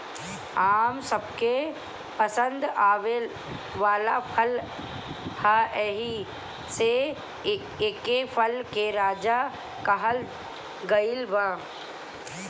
आम सबके पसंद आवे वाला फल ह एही से एके फल के राजा कहल गइल बा